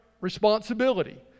responsibility